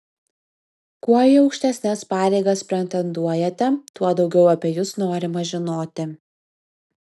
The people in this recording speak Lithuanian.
kuo į aukštesnes pareigas pretenduojate tuo daugiau apie jus norima žinoti